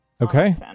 Okay